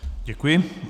Děkuji.